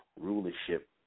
rulership